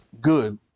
good